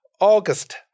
August